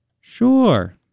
Sure